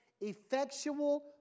effectual